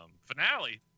Finale